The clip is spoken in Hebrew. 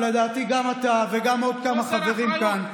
ולדעתי גם אתה וגם עוד כמה חברים כאן.